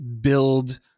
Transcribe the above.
build